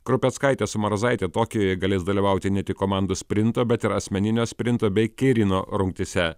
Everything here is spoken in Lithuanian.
krupeckaitė su marazaite tokijuje galės dalyvauti ne tik komandos sprinto bet ir asmeninio sprinto bei keirino rungtyse